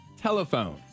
telephone